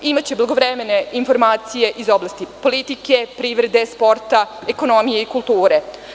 Imaće blagovremene informacije iz oblasti politike, privrede, sporta, ekonomije, kulture.